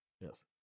Yes